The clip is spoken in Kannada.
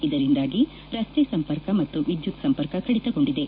ಇದರಿಂದಾಗಿ ರಸ್ತೆ ಸಂಪರ್ಕ ಮತ್ತು ವಿದ್ದುತ್ ಸಂಪರ್ಕ ಕಡಿತಗೊಂಡಿದೆ